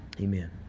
amen